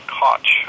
Koch